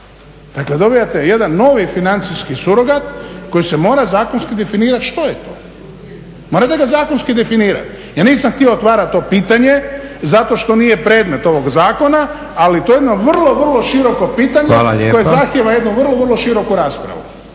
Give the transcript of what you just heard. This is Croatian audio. Dakle, dobivate jedan novi financijski surogat koji se mora zakonski definirati što je to. Morate ga zakonski definirati. Ja nisam htio otvarati to pitanje zato što nije predmet ovog zakona, ali to je jedno vrlo, vrlo široko pitanje koje … …/Upadica predsjednik: Hvala